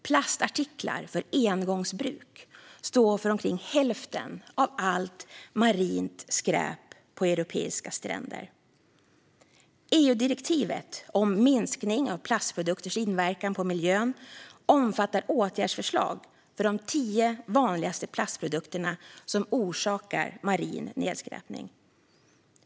Plastartiklar för engångsbruk står för omkring hälften av allt marint skräp på europeiska stränder. EU-direktivet om minskning av plastprodukters inverkan på miljön omfattar åtgärdsförslag för de tio vanligaste plastprodukterna som orsakar marin nedskräpning.